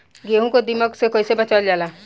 गेहूँ को दिमक किट से कइसे बचावल जाला?